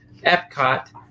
Epcot